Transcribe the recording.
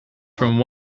from